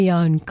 on